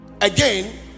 again